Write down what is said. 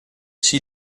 she